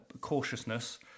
cautiousness